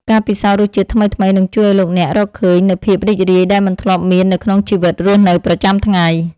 ការពិសោធន៍រសជាតិថ្មីៗនឹងជួយឱ្យលោកអ្នករកឃើញនូវភាពរីករាយដែលមិនធ្លាប់មាននៅក្នុងជីវិតរស់នៅប្រចាំថ្ងៃ។